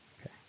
Okay